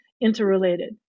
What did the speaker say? interrelated